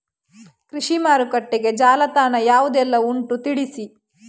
ಕೃಷಿ ಮಾರುಕಟ್ಟೆಗೆ ಜಾಲತಾಣ ಯಾವುದೆಲ್ಲ ಉಂಟು ತಿಳಿಸಿ